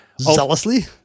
Zealously